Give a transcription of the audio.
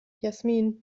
jasmin